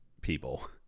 people